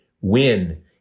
win